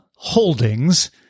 Holdings